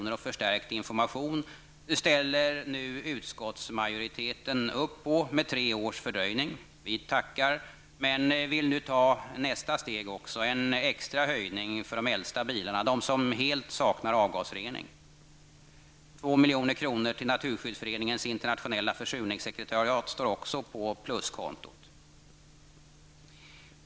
och en förstärkning av informationen. Vi tackar men vill nu ta också nästa steg, nämligen en extra höjning för de äldsta bilarna, de som helt saknar avgasrening. 2 milj.kr. till Naturskyddsföreningens internationella försurningssekreteriat står också på pluskontot.